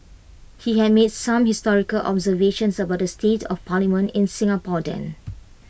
he had made some historic observations about the state of parliament in Singapore then